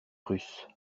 russe